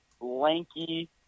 lanky